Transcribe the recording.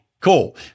Cool